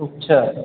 अच्छा